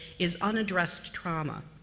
is unaddressed trauma.